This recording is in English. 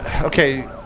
okay